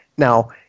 Now